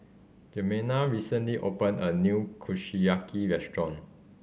Jimena recently opened a new Kushiyaki restaurant